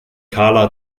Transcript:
karla